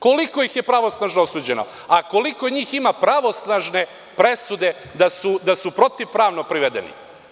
Koliko ih je pravosnažno osuđeno a koliko njih ima pravosnažne presude da su protivpravno privedeni?